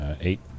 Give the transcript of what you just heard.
Eight